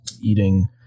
eating